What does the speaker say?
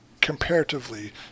comparatively